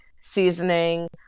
seasoning